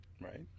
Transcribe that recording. Right